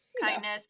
kindness